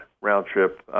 round-trip